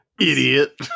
Idiot